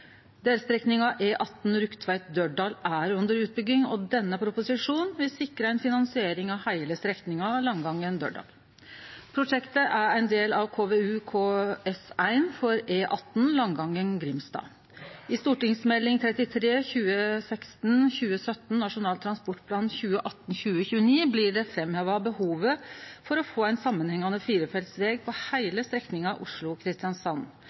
Delstrekninga E18 Rugtvedt–Dørdal er under utbygging, og denne proposisjonen vil sikre ei finansiering av heile strekninga Langangen–Dørdal. Prosjektet er ein del av KVU/KS1 for E18 Langangen–Grimstad. I St.meld. nr. 33 for 2016–2017, Nasjonal transportplan for 2018–2029, blir behovet for å få ein samanhengjande firefelts veg på